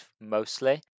mostly